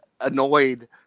annoyed